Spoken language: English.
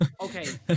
okay